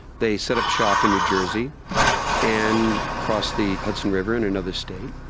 they set up shop in new jersey and crossed the hudson river in another state.